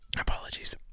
Apologies